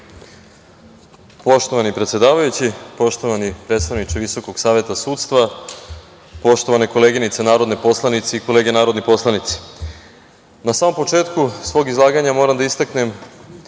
Poštovani predsedavajući, poštovani predstavniče VSS, poštovane koleginice narodne poslanice i kolege narodni poslanici, na samom početku svog izlaganja moram da istaknem